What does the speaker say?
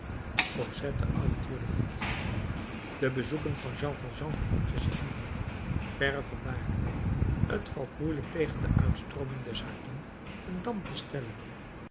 cosette antwoordde niet de bezoeken van jean valjean verkortten zich niet verre van daar t valt moeielijk tegen de uitstroomingen des harten een dam te stellen